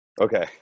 okay